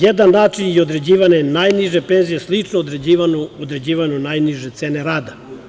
Jedan način je određivanje najniže penzije, slično određivanju najniže cene rada.